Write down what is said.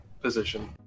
position